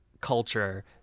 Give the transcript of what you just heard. culture